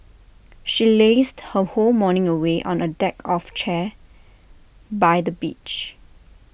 she lazed her whole morning away on A deck of chair by the beach